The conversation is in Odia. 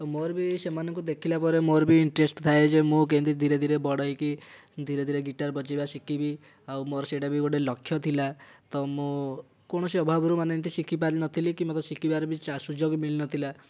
ତ ମୋର ବି ସେମାନଙ୍କୁ ଦେଖିଲାପରେ ମୋର ବି ଇଣ୍ଟରେଷ୍ଟ ଥାଏ ଯେ ମୁଁ କେମିତି ଧିରେ ଧିରେ ବଡ଼ ହୋଇକି ଧିରେ ଧିରେ ଗିଟାର୍ ବଜେଇବା ଶିଖିବି ଆଉ ମୋର ସେଇଟା ବି ଗୋଟିଏ ଲକ୍ଷ୍ୟ ଥିଲା ତ ମୁଁ କୌଣସି ଅଭାବରୁ ମାନେ ଏମିତି ଶିଖିପାରିନଥିଲି କି ମୋତେ ଶିଖିବାର ବି ସୁଯୋଗ ମିଳିନଥିଲା